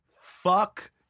fuck